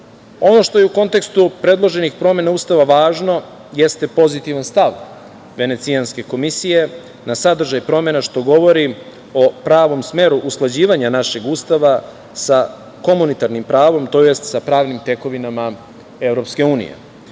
što je u kontekstu predloženih promena Ustava važno jeste pozitivan stav Venecijanske komisije na sadržaj promena, što govori o pravom smeru usklađivanja našeg Ustava sa komunitarnim pravom, tj. sa pravnim tekovinama